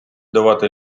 давати